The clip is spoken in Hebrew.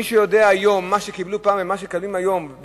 מי שיודע היום מה קיבלו פעם ומה שמקבלים היום,